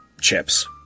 chips